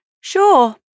Sure